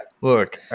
Look